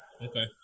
Okay